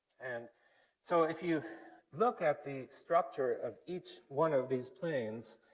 and so, if you look at the structure of each one of these planes,